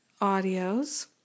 audios